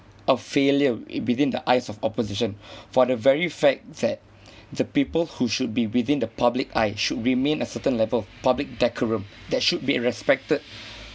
a failure w~ within the eyes of opposition for the very fact that the people who should be within the public eye should remain a certain level of public decorum that should be respected